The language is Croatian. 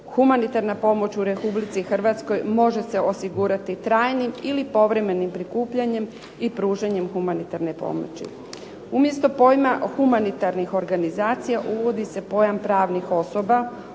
Humanitarna pomoć u Republici Hrvatskoj može se osigurati trajnim ili povremenim prikupljanjem i pružanjem humanitarne pomoći. Umjesto pojma humanitarnih organizacije, uvodi se pojam pravnih osoba